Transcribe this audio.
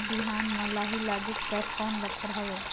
बिहान म लाही लगेक कर कौन लक्षण हवे?